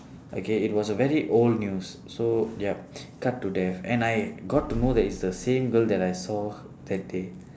okay it was a very old news so yup cut to death and I got to know that it's the same girl that I saw that day